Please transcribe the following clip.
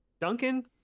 duncan